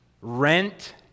rent